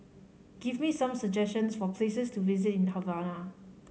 give me some suggestions for places to visit in Havana